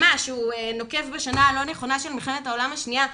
כשהוא נוקב בשנה הלא נכונה של מלחמת העולם השנייה,